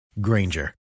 Granger